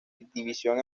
división